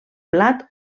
plat